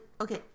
okay